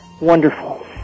Wonderful